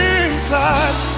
inside